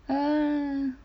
ah